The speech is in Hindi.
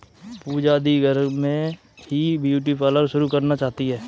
पूजा दी घर में ही ब्यूटी पार्लर शुरू करना चाहती है